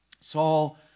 Saul